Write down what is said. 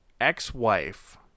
ex-wife